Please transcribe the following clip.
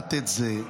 לדעת את זה.